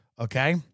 Okay